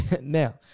Now